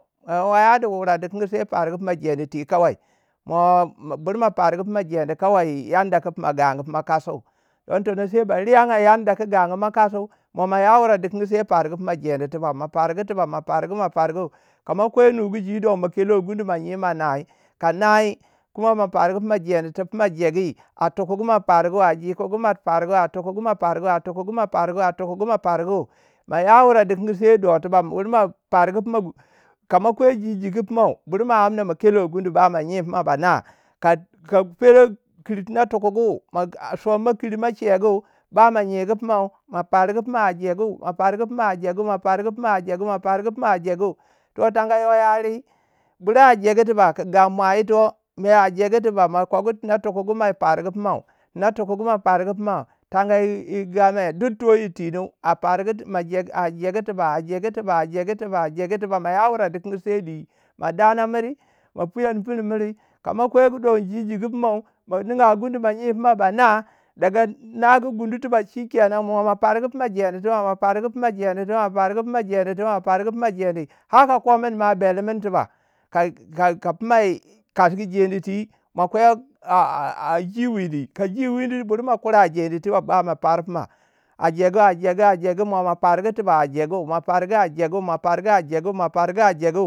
mo ma ya wure dikingi sai fargu fima gyedi ti kawai. mo ma, bur ma pargu pima jendi kawai yadda ku pima gangu pima kasu. don tono sai ba riya'na yanda ku gagun mau kasi mo ma ya wure dikingi sai fargu ma jeni tiba ma pargu ma pargu. ka mo kwei nugu jiu don ma kelo gundu. ma nye ma nai. Ka nai, kuma ma pargu ma jenitufuna jegi. a tukugu mo fargu a tukugu ma fargu a tukugu ma fargu a tukugu ma fargu a tukugu ma fargu. Ma ya wure dikingi sai do tuba bur mo fargu ka ma kwai ji jigu pimau. bur mo amna ma kelo gundu ba ma nyi pima bana. ka- ka fere kiri tina takugu, ma a sonmo kiri ma chegu ba ma nyigu pumau. ma fargu puma a jegu ma fargu pima a jegu ma fargu pima a jegu ma pargu pima a jegu. Toh tanga yo ya rui bur a jegu tiba gamwa yito a jegu tuba. mo kogu tina tukugu ma fargu fimau no tukugu ma fargu pimau. Tanga yi- yi game duk to yirtino a pargu ma a jegu tiba a jegu tiba a jegi tiba a jegu tiba, ma ya wure dikingi sai dwe, ma dana miri, ma puyan pini miri, kama kwai don ji jigu pumau, ma ninga gundu ma nyi puma bana. Daga nagu gundu tiba. shikenan mo ma pargu puma jeni tiba ma pargu pima jeni tiba ma fargu pima jedi tuba ma fargu pima jedi. har ka kumne ma belmini tiba ka- ka- ka pimai kasgu jedi twi ma kwei a- a- a ji wini. Ka ji wini bur ma kura jedi twi ma ba ma par pima. A jegu a jegu a jegu mo ma pargu tuba a jegu, mo pargu a jegu mo pargu a jegu mo pargu a jegu.